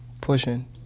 pushing